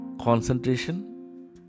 concentration